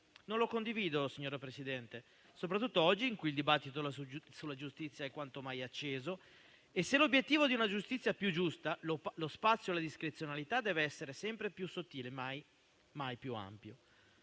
Non lo condivido, signora Presidente, soprattutto oggi, quando il dibattito sulla giustizia è quanto mai acceso. Se l'obiettivo è una giustizia più giusta, lo spazio per la discrezionalità dev'essere sempre più sottile, mai più ampio.